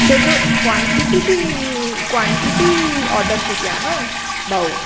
छो जो quantity order थी कयां न भाउ